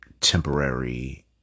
temporary